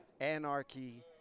anarchy